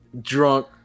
drunk